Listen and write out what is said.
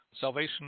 Salvation